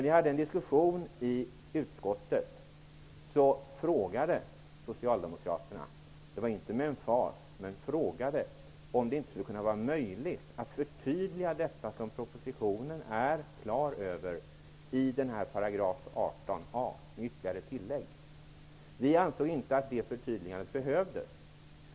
Vid en diskussion i utskottet frågade Socialdemokraterna -- inte med emfas -- om det inte skulle vara möjligt att förtydliga det som propositionen är klar över, nämligen ytterligare ett tillägg i 18a §. Vi ansåg inte att det förtydligandet behövdes.